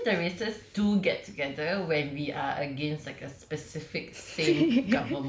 ya lor ya lor actually the races do get together when we are against like a specific